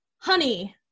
Honey